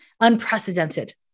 unprecedented